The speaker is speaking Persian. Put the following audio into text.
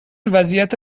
وضعیت